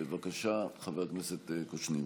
בבקשה, חבר הכנסת קושניר.